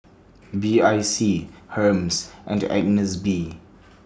B I C Hermes and Agnes B